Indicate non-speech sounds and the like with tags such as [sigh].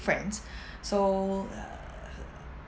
friends [breath] so err